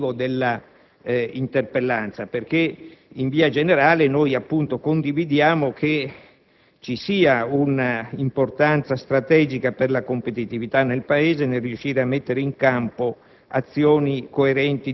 l'aspetto positivo dell'interpellanza, perché, in via generale, condividiamo l'importanza strategica per la competitività del nostro Paese di riuscire a mettere in campo